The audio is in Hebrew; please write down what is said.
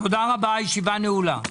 תודה רבה, הישיבה נעולה.